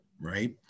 right